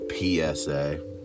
PSA